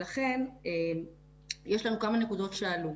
לכן יש לנו כמה נקודות שעלו.